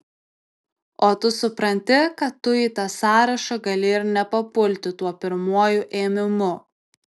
o tu supranti kad tu į tą sąrašą gali ir nepapulti tuo pirmuoju ėmimu